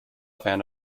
fan